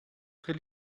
très